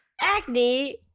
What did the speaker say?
acne